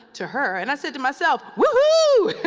to her. and i said to myself, woo